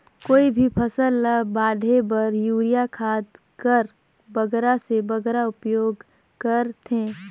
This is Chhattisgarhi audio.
कोई भी फसल ल बाढ़े बर युरिया खाद कर बगरा से बगरा उपयोग कर थें?